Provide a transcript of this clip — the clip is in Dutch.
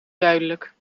duidelijk